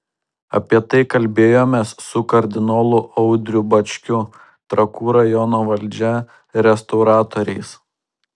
apie tai kalbėjomės su kardinolu audriu bačkiu trakų rajono valdžia restauratoriais